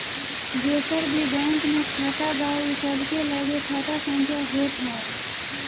जेकर भी बैंक में खाता बा उ सबके लगे खाता संख्या होत हअ